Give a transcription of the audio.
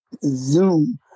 Zoom